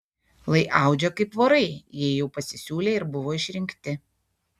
lai audžia kaip vorai jei jau pasisiūlė ir buvo išrinkti